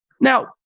Now